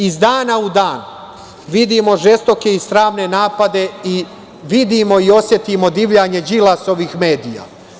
Iz dana u dan vidimo žestoke i sramne napade i vidimo i osetimo divljanje Đilasovih medija.